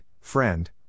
Friend